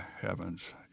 heavens